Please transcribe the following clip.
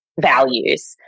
values